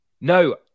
No